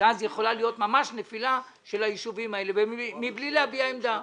אז יכולה להיות ממש נפילה של היישובים האלה מבלי להביע עמדה.